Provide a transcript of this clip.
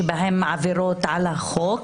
שבהם עבירות על החוק,